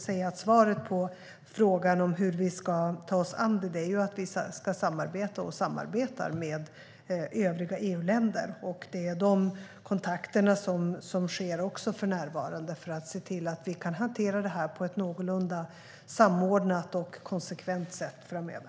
Svaret på frågan om hur vi ska ta oss an det är att vi ska samarbeta - vilket vi gör - med övriga EU-länder. De kontakterna sker för närvarande, för att se till att vi kan hantera det här på ett någorlunda samordnat och konsekvent sätt framöver.